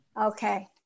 Okay